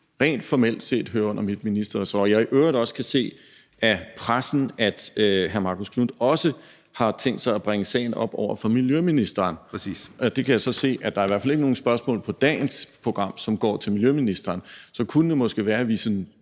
rent formelt set hører under mit ministerressort og jeg i øvrigt også kan se af pressen, at hr. Marcus Knuth også har tænkt sig at bringe sagen op over for miljøministeren (Marcus Knuth (KF): Præcis!) – og jeg kan se, at der i hvert fald ikke er nogen spørgsmål på dagens dagsorden, der går til miljøministeren – så kunne det måske være, at vi sådan